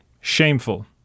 Shameful